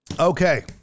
okay